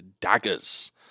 Daggers